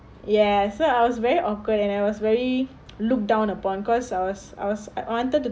ya so I was very awkward and I was very looked down upon cause I was I was I wanted to